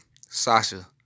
Sasha